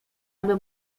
aby